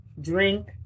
drink